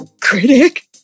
Critic